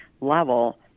level